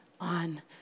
on